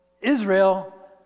Israel